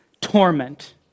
torment